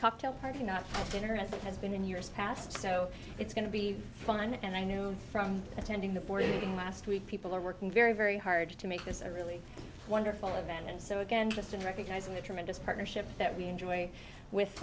cocktail party not dinner as it has been in years past so it's going to be fun and i knew from attending the board meeting last week people are working very very hard to make this a really wonderful event and so again just in recognizing the tremendous partnership that we enjoy with